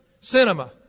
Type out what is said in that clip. cinema